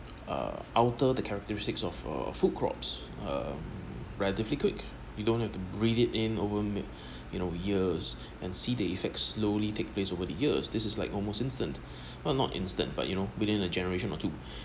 uh alter the characteristics of uh food crops uh relatively quick you don't have to breed it in over you know years and see the effects slowly take place over the years this is like almost instant but not instant but you know within a generation or two